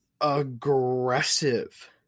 Aggressive